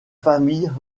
famille